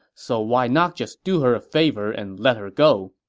so why not just do her a favor and let her go?